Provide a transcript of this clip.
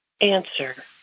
Answer